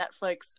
netflix